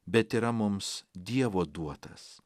bet yra mums dievo duotas